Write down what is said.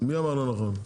מי אמר לא נכון?